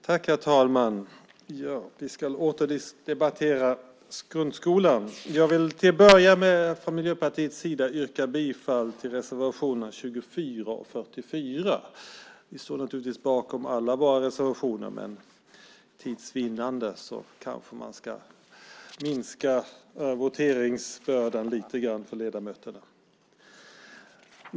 Herr talman! Vi ska åter debattera grundskolan. Jag vill till att börja med från Miljöpartiets sida yrka bifall till reservationerna 24 och 44. Vi står naturligtvis bakom alla våra reservationer, men för tids vinnande kanske man ska minska voteringsbördan lite grann för ledamöterna.